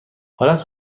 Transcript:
حالت